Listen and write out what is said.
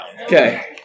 Okay